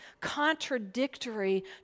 contradictory